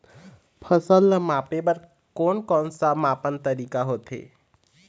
फसल ला मापे बार कोन कौन सा मापन तरीका होथे?